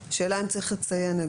השאלה אם צריך לציין את זה.